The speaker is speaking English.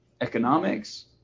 economics